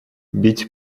бить